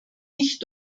nicht